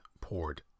poured